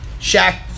Shaq